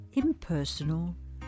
impersonal